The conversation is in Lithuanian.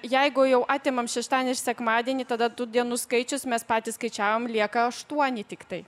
jeigu jau atimam šeštadienį ir sekmadienį tada tų dienų skaičius mes patys skaičiavom lieka aštuoni tiktai